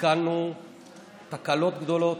ותיקנו תקלות גדולות,